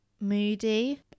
moody